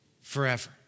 forever